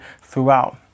throughout